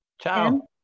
Ciao